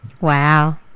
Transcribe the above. Wow